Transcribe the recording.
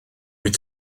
wyt